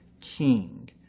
king